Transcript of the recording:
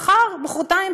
מחר-מחרתיים,